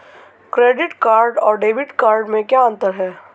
Credit card और debit card में क्या अंतर है?